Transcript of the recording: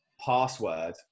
password